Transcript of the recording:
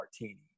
martini